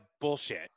bullshit